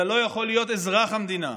אתה לא יכול להיות אזרח המדינה.